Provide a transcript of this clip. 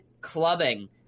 clubbing